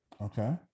Okay